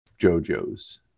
JoJo's